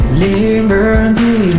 liberty